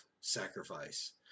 sacrifice